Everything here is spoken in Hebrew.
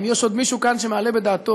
אם יש עוד מישהו כאן שמעלה בדעתו,